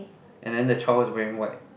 and then the child is wearing white